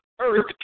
earth